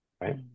right